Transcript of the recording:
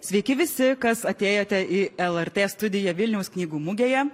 sveiki visi kas atėjote į lrt studiją vilniaus knygų mugėje